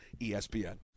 ESPN